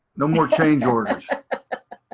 no more change orders!